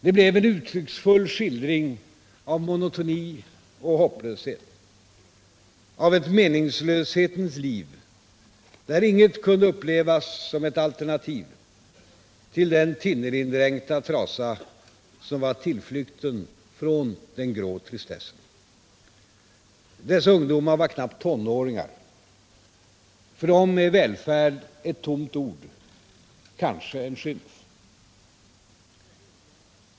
Det blev en uttrycksfull skildring av monotoni och hopplöshet, av ett meningslöshetens liv där inget kunde upplevas som ett alternativ till den thinnerdränkta trasa som var tillflykten från den grå tristessen. Dessa ungdomar var knappt tonåringar. För dem är välfärd ett tomt ord, kanske en skymf.